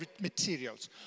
materials